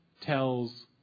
tells